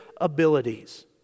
abilities